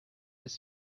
ist